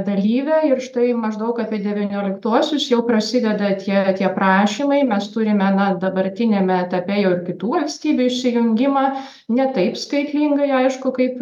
dalyve ir štai maždaug apie devynioliktuosius jau prasideda tie tie prašymai mes turime na dabartiniame etape jau ir kitų valstybių išsijungimą ne taip skaitlingai aišku kaip